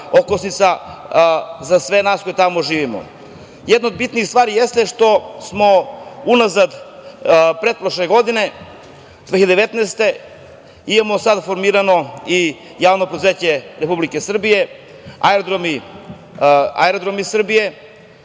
okosnica za sve nas koji tamo živimo. Jedna od bitnih stvari jeste što smo unazad pretprošle godine, 2019. godine, imamo sad formiramo i javno preduzeće Republike Srbije Aerodromi Srbije,